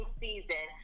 season